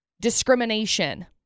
discrimination